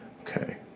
Okay